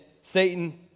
Satan